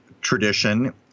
tradition